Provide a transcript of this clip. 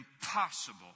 impossible